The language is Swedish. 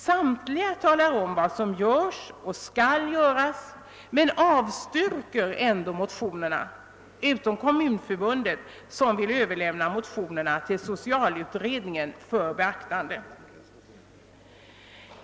Samtliga talar om vad som görs och skall göras men avstyrker ändå motionerna — utom Kommunalförbundet som vill överlämna motionerna till socialutredningen för beaktande.